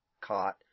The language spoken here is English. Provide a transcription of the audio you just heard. caught